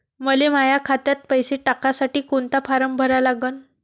मले माह्या खात्यात पैसे टाकासाठी कोंता फारम भरा लागन?